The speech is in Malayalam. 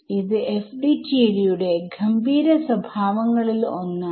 ഇത് FDTD യുടെ ഗംഭീര സ്വഭാവങ്ങളിൽ ഒന്നാണ്